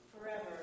forever